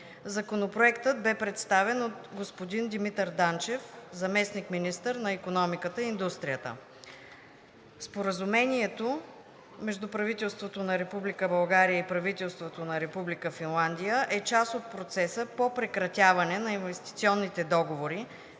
Законопроектът беше представен от господин Димитър Данчев – заместник-министър на икономиката и индустрията. Споразумението между правителството на Република България и правителството на Република Финландия е част от процеса по прекратяването на инвестиционните договори